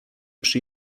przy